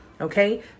okay